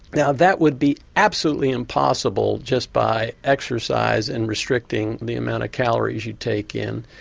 now that would be absolutely impossible just by exercise and restricting the amount of calories you take in.